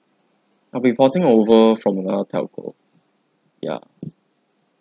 I'll be porting over from another telco ya